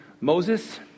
Moses